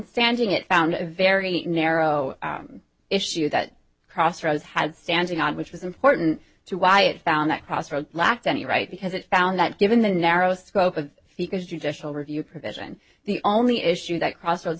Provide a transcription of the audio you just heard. standing it found a very narrow issue that crossroads had standing on which was important to why it found that crossroads lacked any right because it found that given the narrow scope of judicial review provision the only issue that crossroads